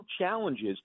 challenges